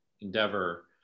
endeavor